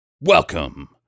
welcome